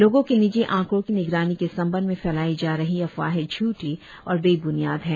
लोगों के निजी आंकड़ों की निगरानी के संबंध में फैलाई जा रही अफवाहें झूठी और बे ब्नियाद है